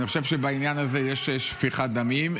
אני חושב שבעניין הזה יש שפיכת דמים,